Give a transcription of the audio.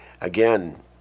again